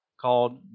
called